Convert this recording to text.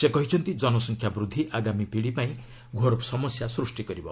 ସେ କହିଛନ୍ତି ଜନସଂଖ୍ୟା ବୃଦ୍ଧି ଆଗାମୀ ପିଢ଼ି ପାଇଁ ଘୋର ସମସ୍ୟା ସୃଷ୍ଟି କରିବ